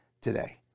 today